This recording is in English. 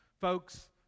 Folks